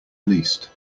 least